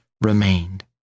remained